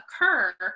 occur